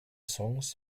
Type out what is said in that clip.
songs